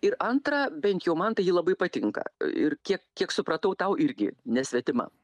ir antra bent jau man tai ji labai patinka ir kiek kiek supratau tau irgi nesvetima